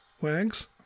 Wags